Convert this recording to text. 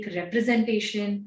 representation